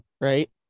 right